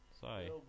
sorry